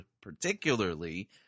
particularly